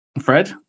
Fred